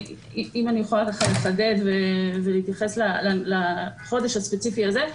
אם אני יכולה לחדד ולהתייחס לחודש הספציפי הזה,